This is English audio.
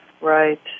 Right